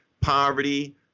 poverty